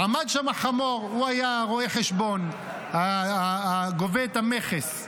עמד שם חמור, הוא היה רואה חשבון, גובה את המכס.